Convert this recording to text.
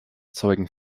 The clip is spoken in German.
zeugen